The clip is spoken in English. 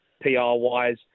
PR-wise